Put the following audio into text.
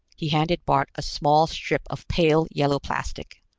he handed bart a small strip of pale-yellow plastic.